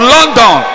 London